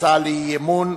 הצעה לאי-אמון,